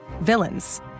villains